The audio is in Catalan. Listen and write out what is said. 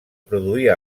produir